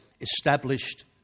established